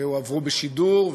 הועברו בשידור,